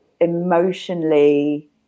emotionally